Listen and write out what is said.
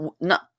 no